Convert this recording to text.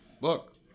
Look